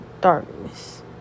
darkness